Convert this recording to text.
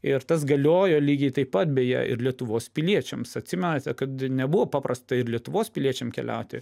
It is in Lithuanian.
ir tas galiojo lygiai taip pat beje ir lietuvos piliečiams atsimenate kad nebuvo paprasta ir lietuvos piliečiam keliauti